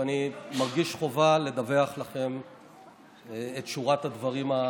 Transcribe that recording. ואני מרגיש חובה לדווח לכם את שורת הדברים העיקריים.